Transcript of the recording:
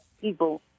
people